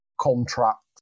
Contract